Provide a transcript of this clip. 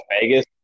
Vegas